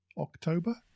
October